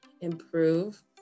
improve